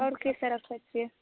आओर कीसभ रखै छियै